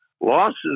losses